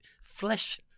flesh